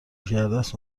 کردست